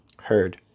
Heard